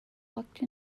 walked